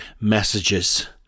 messages